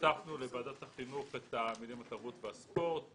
הוספנו לוועדת החינוך את המילים התרבות והספורט.